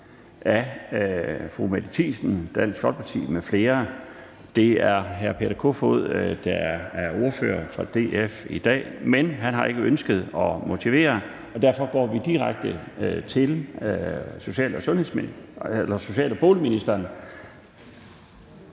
(Bjarne Laustsen): Forhandlingen er åbnet, og det er hr. Peter Kofod, der er ordfører for DF, men han har ikke ønsket at motivere, og derfor går vi direkte til social- og boligministeren.